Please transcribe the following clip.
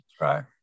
Right